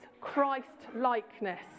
Christ-likeness